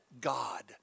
God